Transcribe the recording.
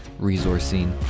resourcing